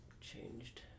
changed